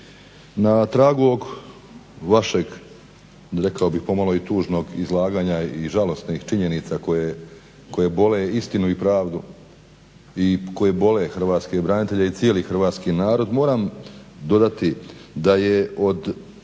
na tragu ovog vašeg rekao bih pomalo i tužnog izlaganja i žalosnih činjenica koje bole i istinu i pravdu i koje bole hrvatske branitelje i cijeli hrvatski narod moram dodati da je od